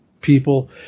people